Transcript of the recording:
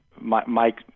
Mike